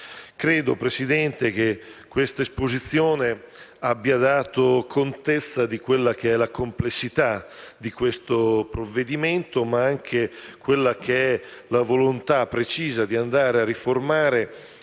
signor Presidente, che questa esposizione abbia dato contezza della complessità di questo provvedimento, ma anche della volontà precisa di andare a riformare